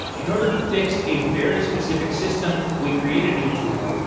in order to fix a very specific system, we create a new tool.